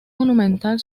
monumental